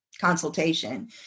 consultation